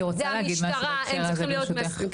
אני רוצה להגיד בהקשר הזה ברשותך.